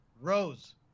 Rose